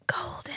golden